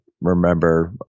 remember